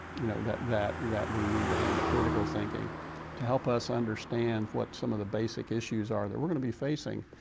you know that that we need to have, the critical thinking to help us understand what some of the basic issues are that we're going to be facing,